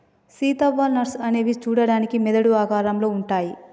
Sita walnuts అనేవి సూడడానికి మెదడు ఆకారంలో ఉంటాయి